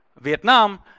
Vietnam